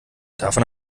davon